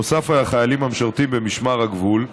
נוסף על החיילים המשרתים במשמר הגבול,